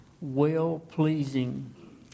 well-pleasing